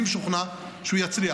אני משוכנע שהוא יצליח.